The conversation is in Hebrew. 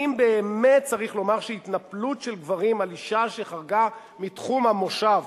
האם באמת צריך לומר שהתנפלות של גברים על אשה שחרגה מתחום המושב,